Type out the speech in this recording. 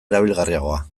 erabilgarriagoa